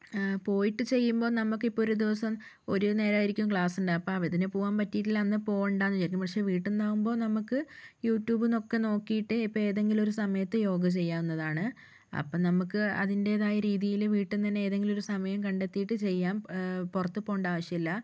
പോയിട്ട് ചെയ്യുമ്പോൾ നമുക്കിപ്പോൾ ഒരു ദിവസം ഒരു നേരമായിരിക്കും ക്ലാസ് ഉണ്ടാവുക അപ്പോൾ അതിന് പോകുവാൻ പറ്റിയിട്ടില്ല അന്ന് പോകേണ്ടയെന്ന് വിചാരിക്കും പക്ഷേ വീട്ടിൽ നിന്നാവുമ്പോൾ നമ്മൾക്ക് യൂട്യൂബിൽ നിന്നൊക്കെ നോക്കിയിട്ട് ഇപ്പം ഏതെങ്കിലും ഒരു സമയത്ത് യോഗ ചെയ്യാവുന്നതാണ് അപ്പം നമ്മൾക്ക് അതിൻ്റേതായ രീതിയിൽ വീട്ടിൽ നിന്ന് തന്നെ ഏതെങ്കിലും ഒരു സമയം കണ്ടെത്തിയിട്ട് ചെയ്യാം പുറത്തു പോകേണ്ട ആവശ്യമില്ല